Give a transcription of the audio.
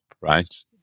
right